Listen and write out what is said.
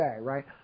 right